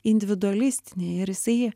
individualistinė ir jisai